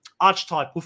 archetype